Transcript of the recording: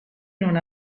non